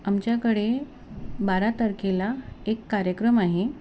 आमच्याकडे बारा तारखेला एक कार्यक्रम आहे